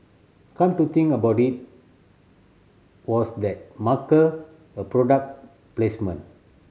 come to think about it was that marker a product placement